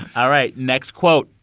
all right. next quote.